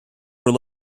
were